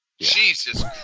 Jesus